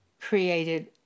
created